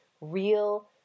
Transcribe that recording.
real